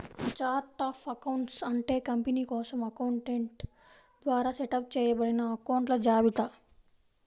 chart of accounts అంటే company కోసం accountant ద్వారా సెటప్ చేయబడిన అకొంట్ల జాబితా